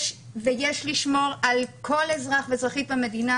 ויש לשמור על כל אזרח ואזרחית במדינה,